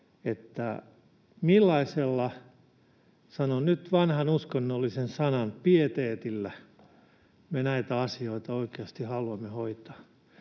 millaisella — sanon nyt vanhan, uskonnollisen sanan — pieteetillä me näitä asioita oikeasti haluamme hoitaa.